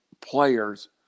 players